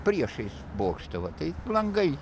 priešais bokštą va tai langai